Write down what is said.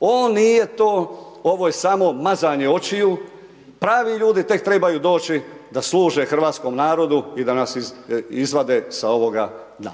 on nije to, ovo je samo mazanje očiju. Pravi ljudi tek trebaju doći da služe hrvatskom narodu i da nas izvade sa ovoga dna.